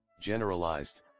generalized